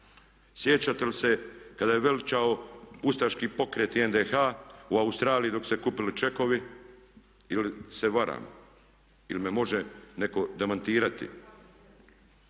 sjećate li se kada je veličao ustaški pokret i NDH u Australiji dok su se kupili čekovi ili se varam, ili me može netko demantirati?